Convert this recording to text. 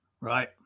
Right